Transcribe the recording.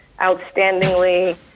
outstandingly